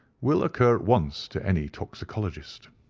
will occur at once to any toxicologist.